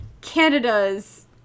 Canada's